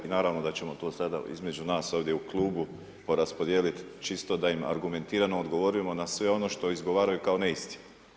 Naravno da ćemo to sada između nas ovdje u klubu poraspodjeliti, čisto da im argumentirano odgovorimo, na sve ono što izgovaramo kao neistina.